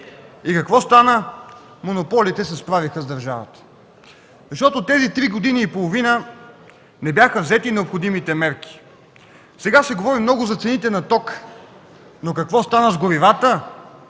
И какво стана? Монополите се справиха с държавата, защото в тези три години и половина не бяха взети необходимите мерки. Сега се говори много за цените на тока. Но какво стана с горивата,